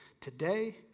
today